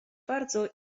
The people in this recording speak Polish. bardzo